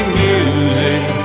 music